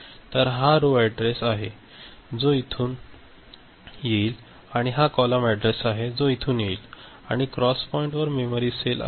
तर हा row address आहे जो इथून येईल आणि हा कॉलम अॅड्रेस आहे जो इथून येईल आणि क्रॉस पॉईंटवर मेमरी सेल आहे